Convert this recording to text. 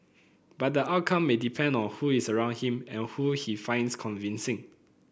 but the outcome may depend on who is around him and who he finds convincing